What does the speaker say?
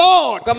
Lord